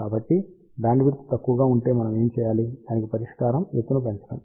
కాబట్టి బ్యాండ్విడ్త్ తక్కువగా ఉంటే మనం ఏమి చేయాలి దానికి పరిష్కారం ఎత్తును పెంచటం